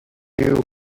you